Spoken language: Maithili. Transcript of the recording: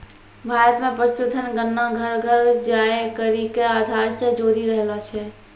भारत मे पशुधन गणना घर घर जाय करि के आधार से जोरी रहलो छै